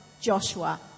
Joshua